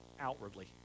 outwardly